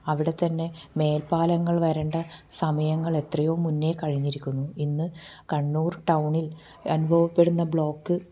അവിടെത്തന്നെ മേൽപ്പാലങ്ങൾ വരേണ്ട സമയങ്ങൾ എത്രയോ മുന്നെ കഴിഞ്ഞിരിക്കുന്നു ഇന്ന് കണ്ണൂർ ടൗണിൽ അനുഭവപ്പെടുന്ന ബ്ലോക്ക്